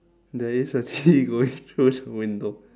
there is a T going through the window